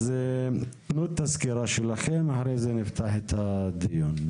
תנו את הסקירה שלכם, אחרי זה נפתח את הדיון.